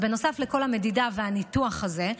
נוסף לכל המדידה והניתוח הזה,